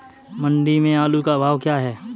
मंडी में आलू का भाव क्या है?